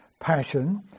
passion